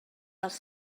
dels